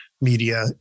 media